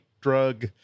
drug